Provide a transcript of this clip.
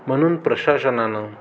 म्हणून प्रशासनानं